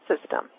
system